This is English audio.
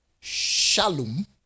Shalom